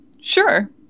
Sure